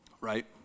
right